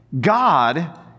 God